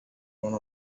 one